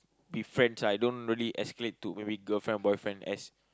be friends I don't really escalate to maybe girlfriend boyfriend as